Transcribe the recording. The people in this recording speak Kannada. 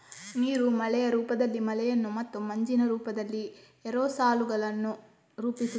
ನೀರು ಮಳೆಯ ರೂಪದಲ್ಲಿ ಮಳೆಯನ್ನು ಮತ್ತು ಮಂಜಿನ ರೂಪದಲ್ಲಿ ಏರೋಸಾಲುಗಳನ್ನು ರೂಪಿಸುತ್ತದೆ